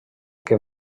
que